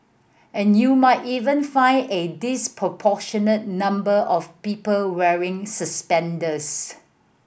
and you might even find a disproportionate number of people wearing suspenders